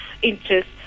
interest